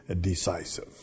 decisive